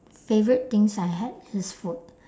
favourite things I had is food